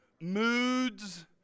moods